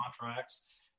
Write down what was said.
contracts